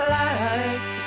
life